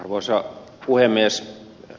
arvoisa puhemies